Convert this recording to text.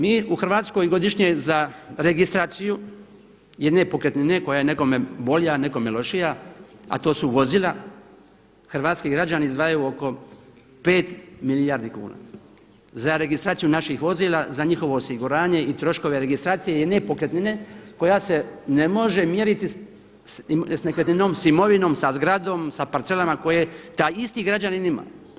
Mi u Hrvatskoj godišnje za registraciju jedne pokretnine koja je nekome bolja a nekome lošija a to su vozila, hrvatski građani izdvajaju oko 5 milijardi kuna za registraciju naših vozila, za njihovo osiguranje i troškove registracije i nepokretnine koja se ne može mjeriti sa nekretninom, sa imovinom, sa zgradom, sa parcelama koje taj isti građanin ima.